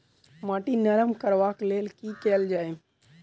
माटि नरम करबाक लेल की केल जाय?